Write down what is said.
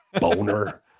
Boner